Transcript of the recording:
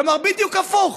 כלומר בדיוק הפוך,